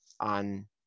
on